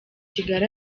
kigali